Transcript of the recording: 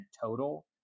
total